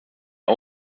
are